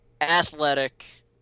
athletic